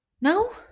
No